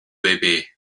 bebê